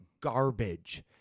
garbage